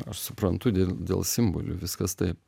aš suprantu dėl simbolių viskas taip